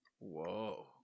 Whoa